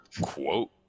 Quote